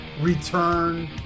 Return